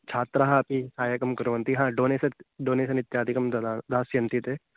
छात्राः अपि सहायं कुर्वन्ति हा डोनेसत् डोनेसन् इत्यादिकं ददन् दास्यन्ति ते